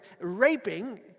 raping